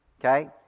Okay